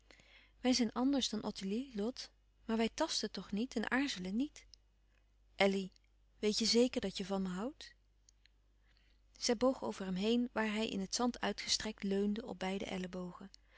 wij zijn anders dan ottilie lot maar wij tasten toch niet en aarzelen niet elly weet je zéker dat je van me houdt zij boog over hem heen waar hij in het zand uitgestrekt leunde op beide ellebogen